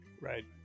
Right